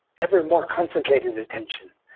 evermore concentrated attention,